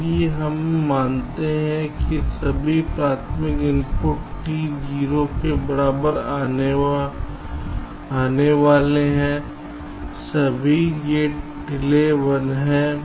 इसलिए हम मानते हैं कि सभी प्राथमिक इनपुट t 0 के बराबर आने वाले हैं सभी गेट डिले 1 हैं